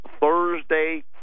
Thursday